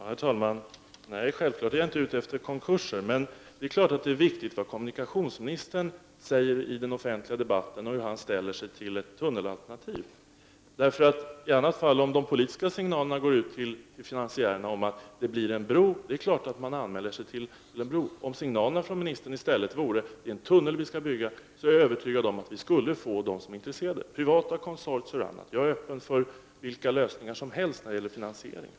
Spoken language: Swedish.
Herr talman! Självfallet är jag inte ute efter konkurser. Det är klart att det är viktigt vad kommunikationsministern säger i den offentliga debatten och hur han ställer sig till ett tunnelalternativ. Om sådana politiska signaler går till de olika finansiärerna att det blir en bro, är det klart att man intresserar sig för en bro. Men om signalerna från ministern i stället är att vi bygger en tunnel, så är jag övertygad om att vi skulle få sådana som vore intresserade — privata konsortier. Jag är öppen för vilka lösningar som helst när det gäller finansiering.